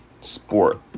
sport